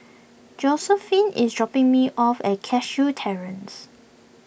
Josiephine is dropping me off at Cashew Terrace